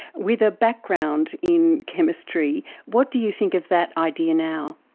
with a background in chemistry, what do you think of that idea now?